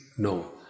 No